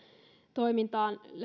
toimintaan